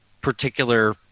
particular